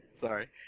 Sorry